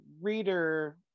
reader